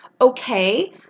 okay